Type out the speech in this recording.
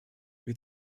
wir